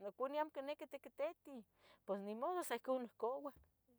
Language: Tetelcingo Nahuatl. noconeu amo quiniqui tiquititiu, pos nimodo sa ihcu nihcua